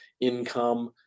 income